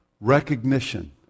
recognition